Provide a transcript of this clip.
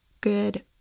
good